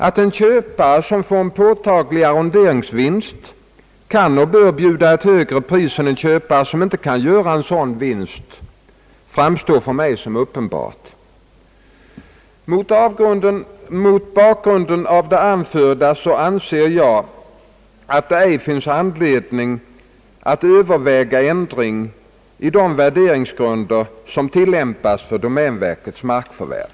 Att en köpare, som får en påtaglig arronderingsvinst, kan och bör bjuda ett högre pris än en köpare som inte kan göra en sådan vinst framstår för mig som uppenbart. Mot bakgrunden av det anförda anser jag det ej finnas anledning att överväga ändring i de värderingsgrunder som tillämpas för domänverkets markförvärv.